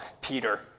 Peter